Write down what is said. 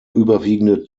überwiegende